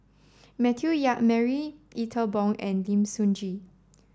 Matthew Yap Marie Ethel Bong and Lim Sun Gee